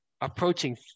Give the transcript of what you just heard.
approaching